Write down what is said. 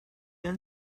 and